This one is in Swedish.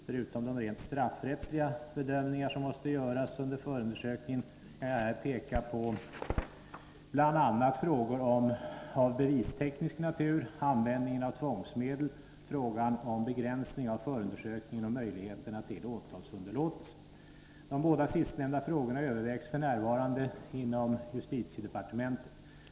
Förutom de rent straffrättsliga bedömningar som måste göras under förundersökningen kan jag här peka på bl.a. frågor av bevisteknisk natur, användningen av tvångsmedel, frågan om begränsning av förundersökningen och möjligheterna till åtalsunderlåtelse. De båda sistnämnda frågorna övervägs f. n. inom justitiedepartementet.